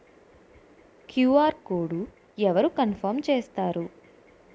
QR code అవరు confirm చేస్తారు?